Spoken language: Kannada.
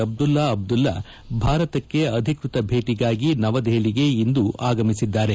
ಅಬ್ದುಲ್ತಾ ಅಬ್ದುಲ್ತಾ ಭಾರತಕ್ಕೆ ಅಧಿಕೃತ ಭೇಟಿಗಾಗಿ ನವದೆಹಲಿಗೆ ಇಂದು ಆಗಮಿಸಿದ್ದಾರೆ